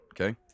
Okay